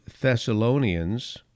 Thessalonians